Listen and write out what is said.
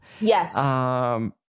Yes